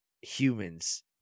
humans